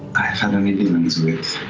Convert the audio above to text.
i've had any dealings with.